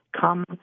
come